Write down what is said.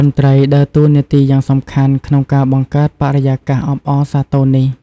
តន្ត្រីដើរតួនាទីយ៉ាងសំខាន់ក្នុងការបង្កើតបរិយាកាសអបអរសាទរនេះ។